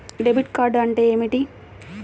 Debit card అంటే ఏమిటి?